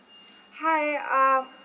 hi um